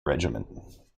regiment